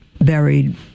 buried